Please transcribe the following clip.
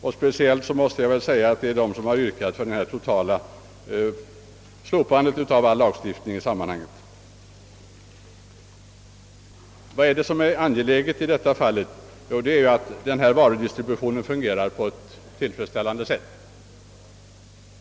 Särskilt gäller detta dem som har yrkat på slopande av all lagstiftning i sammanhanget. Vad är det som är angeläget i detta fall? Jo, det är att denna varudistribution fungerar på ett tillfredsställande sätt.